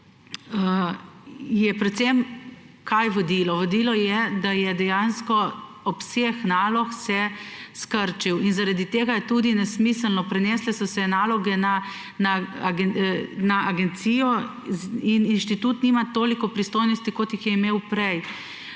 – predvsem kaj je vodilo? Vodilo je, da se je dejansko obseg nalog skrčil in zaradi tega je tudi nesmiselno. Prenesle so se naloge na agencijo in inštitut nima toliko pristojnosti, kot jih je imel prej